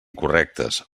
correctes